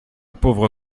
pauvre